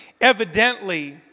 Evidently